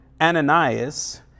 Ananias